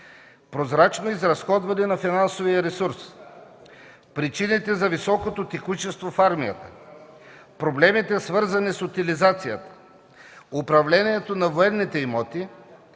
прозрачно изразходване на финансовия ресурс, причините за високото текучество в армията, проблемите, свързани с утилизацията, управлението на военните имоти,